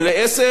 זה ל"קשת",